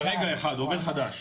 יש אצלנו אחד, עובד חדש.